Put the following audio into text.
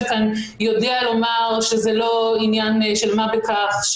כאן יודע לומר שזה לא עניין של מה בכך,